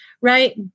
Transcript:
right